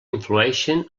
influeixen